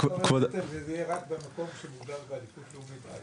זה יהיה רק במקום שהוגדר בעדיפות לאומית.